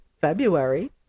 February